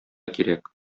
кирәк